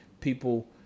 people